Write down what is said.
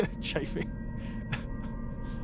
chafing